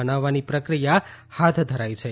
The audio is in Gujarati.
બનાવવાની પ્રક્રિયા હાથ ધરાઇ છે